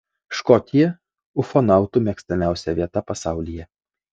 škotija ufonautų mėgstamiausia vieta pasaulyje